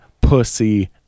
pussy